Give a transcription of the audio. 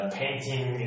painting